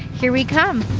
here we come.